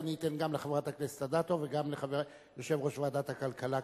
אני אתן גם לחברת הכנסת אדטו וגם ליושב-ראש ועדת הכלכלה,